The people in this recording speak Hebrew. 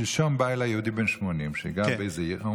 שלשום בא אליי יהודי בן 80 שגר באיזו עיר.